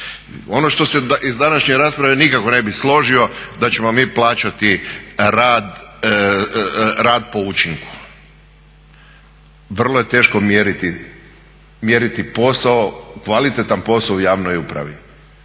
Ono što se iz današnje rasprave nikako ne bi složio da ćemo mi plaćati rad po učinku. Vrlo je teško mjeriti kvalitetan posao u javnoj upravi.